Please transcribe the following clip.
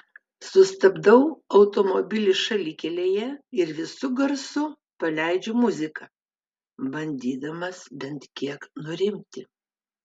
sustabdau automobilį šalikelėje ir visu garsu paleidžiu muziką bandydamas bent kiek nurimti